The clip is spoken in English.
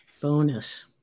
Bonus